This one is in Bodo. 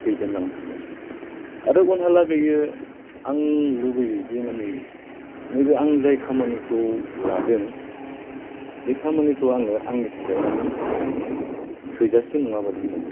दैदेनलांनो हागासिनो आरो उनहालागैयो आं लुबैयो जि मानि नैबे आं जाय खामानिखौ लादों बे खामानिखौ आङो आंनि थाखाय मानि ओ थोजासे नङा बादि मोनो